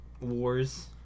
wars